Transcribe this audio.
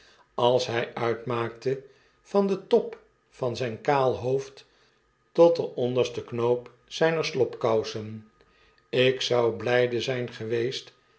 als hy uitmaakte van den top van zyn kaal hoofd tot den ondersten knoop zyner slobkousen ik zoude blyde zyn geweest